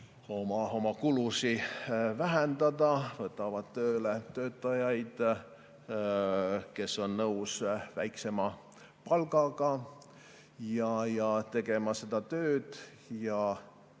oma kulusid vähendada ja võtavad tööle töötajaid, kes on nõus väiksema palgaga tegema seda tööd.